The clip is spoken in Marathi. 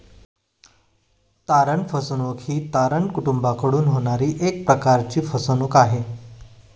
तारण फसवणूक ही तारण कुटूंबाकडून होणारी एक प्रकारची फसवणूक आहे